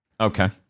Okay